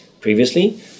Previously